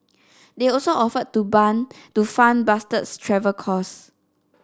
they also offered to to fund Bastard's travel cost